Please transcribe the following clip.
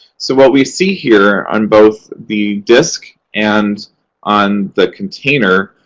so, what we see here on both the disc and on the container,